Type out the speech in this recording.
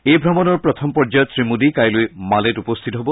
এই ভ্ৰমণৰ প্ৰথম পৰ্য্যায়ত শ্ৰীমোদী কাইলৈ মালেত উপস্থিত হ'ব